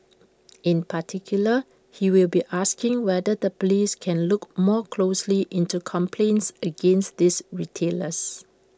in particular he will be asking whether the Police can look more closely into complaints against these retailers